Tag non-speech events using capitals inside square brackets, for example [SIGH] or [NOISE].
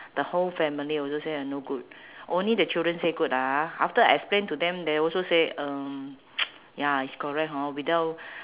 the whole family also say no good only the children say good ah after explain to them they also say um [NOISE] ya is correct hor without